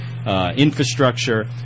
Infrastructure